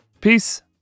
Peace